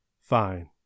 fine